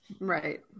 Right